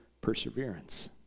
perseverance